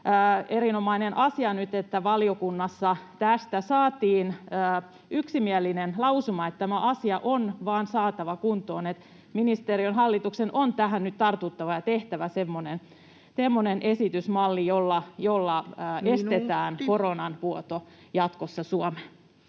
erinomainen asia nyt, että valiokunnassa tästä saatiin yksimielinen lausuma, että tämä asia on vain saatava kuntoon, että ministeriön, hallituksen on tähän nyt tartuttava ja tehtävä semmoinen esitysmalli, [Puhemies: Minuutti!] jolla estetään koronan vuoto jatkossa Suomeen.